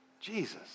Jesus